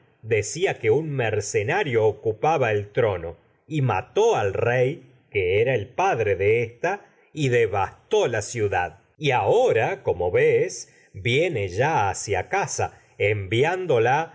decía que un mercenario ocupaba y el trono y mató al rey que era el padre de ésta viene ya devastó la ciudad y ahora como ves hacia casa ni enviándola